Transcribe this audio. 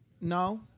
No